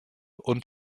und